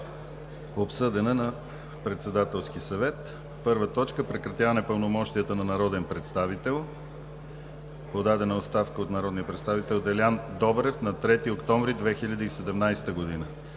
обсъдена на Председателския съвет: 1. Прекратяване пълномощията на народен представител. Подадена е оставка от народния представител Делян Добрев на 3 октомври 2017 г.